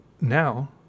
now